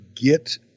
get